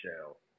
shell